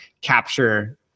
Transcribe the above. capture